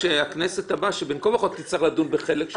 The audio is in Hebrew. שבכנסת הבאה בכל מקרה יצטרכו לדון בחלק שביצענו.